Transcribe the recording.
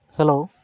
hello